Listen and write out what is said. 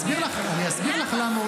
אסביר לך למה.